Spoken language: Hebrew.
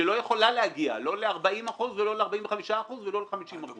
שהיא לא יכולה להגיע לא ל-40% ולא ל-45% ולא ל-50%.